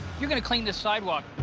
you're gonna clean this sidewalk.